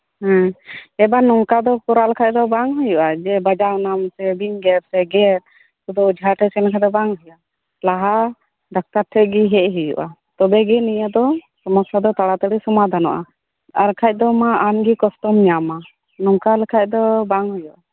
ᱦᱮᱸ ᱮᱵᱟᱨ ᱱᱚᱝᱠᱟ ᱫᱚ ᱠᱚᱨᱟᱣ ᱞᱮᱠᱷᱟᱡ ᱫᱚ ᱵᱟᱝ ᱦᱩᱭᱩᱜᱼᱟ ᱡᱮ ᱵᱟᱡᱟᱣ ᱱᱟᱢ ᱥᱮ ᱵᱤᱧ ᱜᱮᱨ ᱥᱮ ᱜᱮᱫ ᱥᱩᱫᱩ ᱚᱡᱷᱟ ᱴᱷᱮᱱ ᱪᱟᱞᱟᱣ ᱞᱮᱱ ᱠᱷᱟᱡ ᱫᱚ ᱵᱟᱝ ᱦᱩᱭᱩᱜᱼᱟ ᱞᱟᱦᱟ ᱰᱟᱠᱛᱟᱨ ᱴᱷᱮᱡ ᱜᱮ ᱦᱮᱡ ᱦᱩᱭᱩᱜᱼᱟ ᱛᱚᱵᱮ ᱜᱮ ᱱᱤᱭᱟᱹ ᱫᱚ ᱥᱚᱢᱚᱥᱥᱟ ᱫᱚ ᱛᱟᱲᱟᱛᱟᱲᱤ ᱥᱚᱢᱟᱫᱷᱟᱱᱚᱜᱼᱟ ᱟᱨ ᱠᱷᱟᱡ ᱫᱚ ᱢᱟ ᱟᱢ ᱜᱮ ᱠᱚᱥᱴᱚᱢ ᱧᱟᱢᱟ ᱱᱚᱝᱠᱟ ᱞᱮᱠᱷᱟᱡ ᱫᱚ ᱵᱟᱝ ᱦᱩᱭᱩᱜᱼᱟ